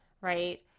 right